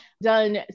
done